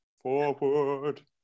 forward